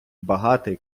багатий